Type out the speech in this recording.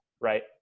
right